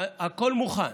הכול מוכן,